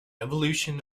evolution